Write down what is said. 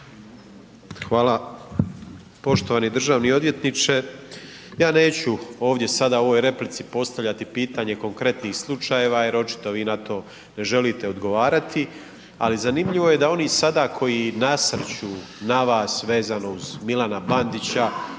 Hvala. Poštovani državni odvjetniče. Ja neću sada u ovoj replici postavljati pitanje konkretnih slučajeva jer očito vi na to ne želite odgovarati, ali zanimljivo je da oni sada koji nasrću na vas vezano uz Milana Bandića